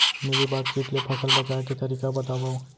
Mealybug kit ले फसल बचाए के तरीका बतावव?